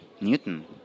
Newton